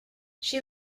she